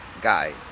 guy